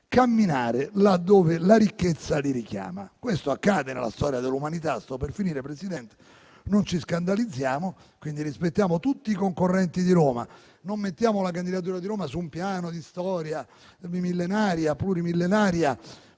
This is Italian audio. camminare là dove la ricchezza li richiama. Questo accade nella storia dell'umanità e non ci scandalizziamo. Quindi, rispettiamo tutti i concorrenti di Roma. Non poniamo la candidatura di Roma su un piano di storia millenaria e plurimillenaria,